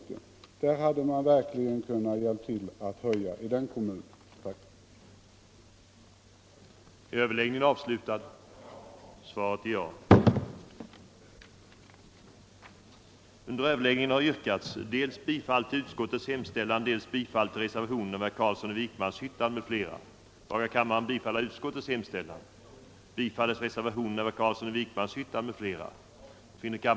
I den här kommunen borde de borgerliga verkligen ha kunnat hjälpa till genom att gå med på förslaget om en sådan höjning.